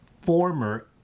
former